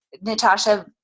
natasha